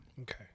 Okay